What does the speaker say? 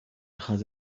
has